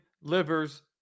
Livers